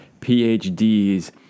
PhDs